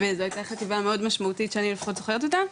וזו הייתה חטיבה מאוד משמעותית שאני לפחות זוכרת אותה,